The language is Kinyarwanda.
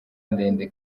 ndende